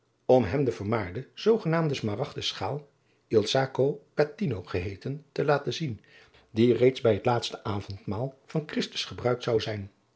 om hem de vermaarde zoogenaamde smaragden schaal il sacro catino geheeten te laten zien die reeds bij het laatste avond maal van christus gebruikt zou zijn